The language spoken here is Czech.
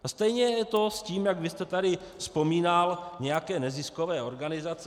A stejně je to s tím, jak vy jste tady vzpomínal, nějaké neziskové organizace.